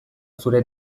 zure